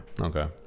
Okay